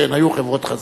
כן, היו חברות חזקות.